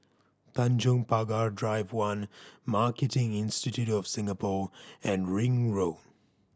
Tanjong Pagar Drive One Marketing Institute of Singapore and Ring Road